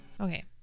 Okay